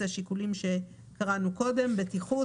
אלה השיקולים שקראנו קודם בטיחות,